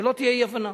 שלא תהיה אי-הבנה.